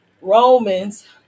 Romans